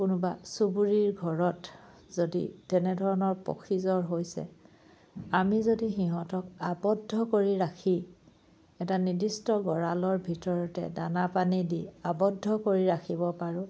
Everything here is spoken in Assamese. কোনোবা চুবুৰীৰ ঘৰত যদি তেনেধৰণৰ পখিজৰ হৈছে আমি যদি সিহঁতক আৱদ্ধ কৰি ৰাখি এটা নিৰ্দিষ্ট গঁড়ালৰ ভিতৰতে দানা পানী দি আবদ্ধ কৰি ৰাখিব পাৰোঁ